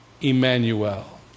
Emmanuel